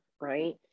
right